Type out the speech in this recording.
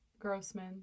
Grossman